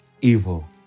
evil